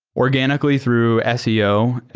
organically through ah seo.